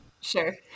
sure